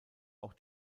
auch